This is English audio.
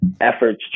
efforts